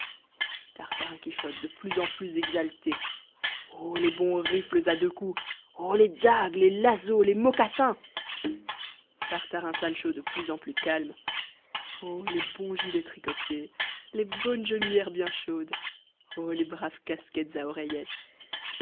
tartarin quichotte de plus en plus exalté o les bons rifles à deux coups ô les dagues les lazos les mocassins page tartarin sancho de plus en plus calme o les bons gilets tricotés les bonnes genouillères bien chaudes ô les braves casquettes à oreillettes